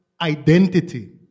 identity